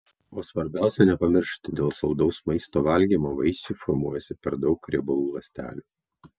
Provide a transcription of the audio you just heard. o svarbiausia nepamiršti dėl saldaus maisto valgymo vaisiui formuojasi per daug riebalų ląstelių